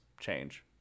change